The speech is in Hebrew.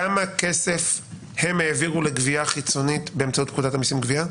כמה כסף הם העבירו לגבייה חיצונית באמצעות פקודת המיסים (גבייה)?